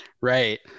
right